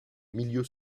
milieu